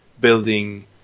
building